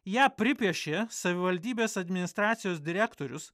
ją pripiešė savivaldybės administracijos direktorius